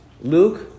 Luke